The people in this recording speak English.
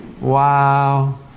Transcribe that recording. Wow